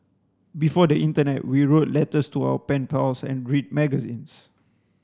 before the internet we wrote letters to our pen pals and read magazines